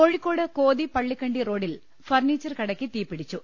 കോഴിക്കോട് കോതി പള്ളിക്കണ്ടി റോഡിൽ ഫർണീച്ചർ കടയ്ക്ക് തീപിടിച്ചു